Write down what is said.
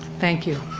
thank you.